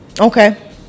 okay